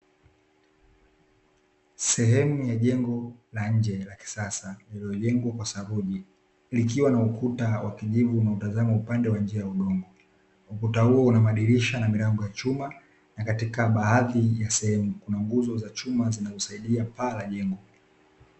Sehemu ya jengo la nje la kisasa, lililojengwa kwa saruji likiwa na ukuta wa kijivu unaotazama upande wa njia ya udongo. Ukuta huo una madirisha na milango ya chuma, na katika baadhi ya sehemu kuna nguzo za chuma zinazosaidia paa la jengo.